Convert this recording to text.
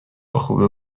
خوبه